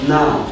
Now